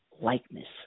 likeness